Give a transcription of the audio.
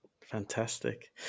Fantastic